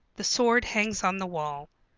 the sword hangs on the wall.